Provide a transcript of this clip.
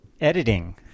editing